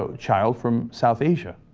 ah child from south asia